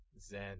Zen